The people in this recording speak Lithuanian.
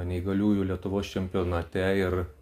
neįgaliųjų lietuvos čempionate ir